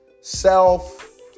self